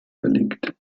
verlegt